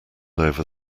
over